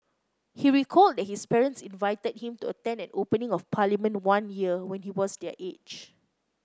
he recalled that his parents invited him to attend an opening of Parliament one year when he was their age